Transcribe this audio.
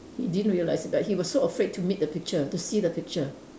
he didn't realise but he was so afraid to meet the picture to see the picture